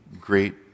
great